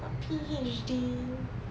what PhD